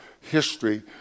history